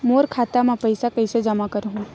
मोर खाता म पईसा कइसे जमा करहु?